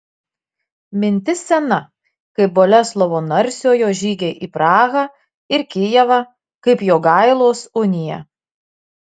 mintis sena kaip boleslovo narsiojo žygiai į prahą ir kijevą kaip jogailos unija